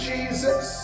Jesus